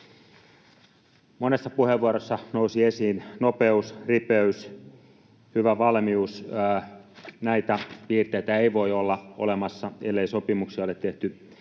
Monessa puheenvuorossa nousi esiin nopeus, ripeys ja hyvä valmius. Näitä piirteitä ei voi olla olemassa, ellei sopimuksia ole tehty